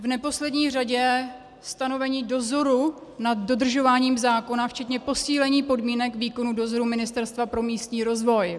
v neposlední řadě stanovení dozoru nad dodržováním zákona včetně posílení podmínek výkonu dozoru Ministerstva pro místní rozvoj.